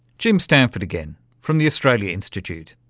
jim stanford again, from the australia institute.